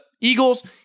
Eagles